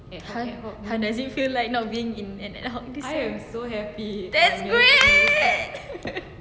ha ha does you feel like not being in ad hoc this year that's great